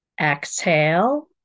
exhale